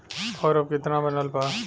और अब कितना बनल बा?